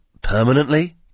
permanently